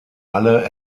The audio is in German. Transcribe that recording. alle